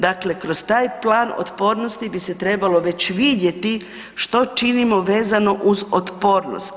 Dakle, kroz taj Plan otpornosti bi se trebalo već vidjeti što činimo vezano uz otpornost.